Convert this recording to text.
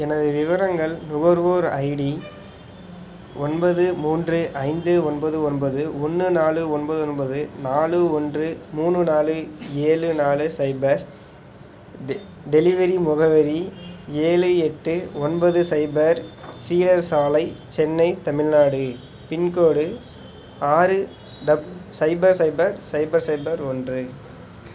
எனது விவரங்கள் நுகர்வோர் ஐடி ஒன்பது மூன்று ஐந்து ஒன்பது ஒன்பது ஒன்று நாலு ஒன்பது ஒன்பது நாலு ஒன்று மூணு நாலு ஏழு நாலு சைபர் டெ டெலிவரி முகவரி ஏழு எட்டு ஒன்பது சைபர் சீடர் சாலை சென்னை தமிழ் நாடு பின்கோடு ஆறு டப் சைபர் சைபர் சைபர் சைபர் ஒன்று